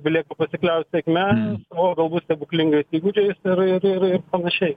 belieka pasikliaut sėkme o galbūt stebuklingais įgūdžiais ir ir ir panašiai